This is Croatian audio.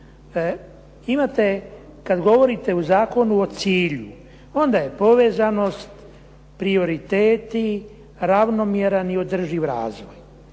kad govorite u zakonu o cilju onda je povezanost prioriteti ravnomjeran i održiv razvoj.